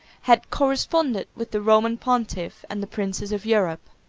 had corresponded with the roman pontiff and the princes of europe.